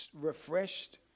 refreshed